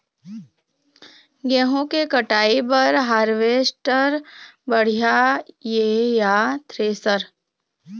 गेहूं के कटाई बर हारवेस्टर बढ़िया ये या थ्रेसर?